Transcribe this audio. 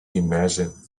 imagine